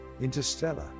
Interstellar